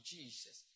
Jesus